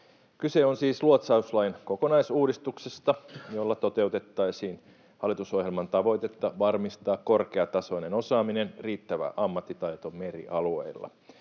Kyse on siis luotsauslain kokonaisuudistuksesta, jolla toteutettaisiin hallitusohjelman tavoitetta varmistaa korkeatasoinen osaaminen, riittävä ammattitaito merialueilla.